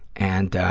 and,